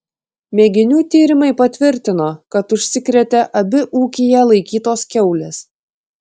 mėginių tyrimai patvirtino kad užsikrėtė abi ūkyje laikytos kiaulės